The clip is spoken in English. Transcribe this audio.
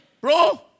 bro